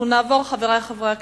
חברי חברי הכנסת,